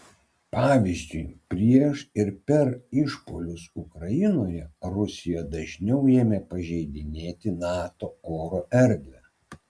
pavyzdžiui prieš ir per išpuolius ukrainoje rusija dažniau ėmė pažeidinėti nato oro erdvę